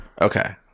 okay